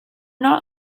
not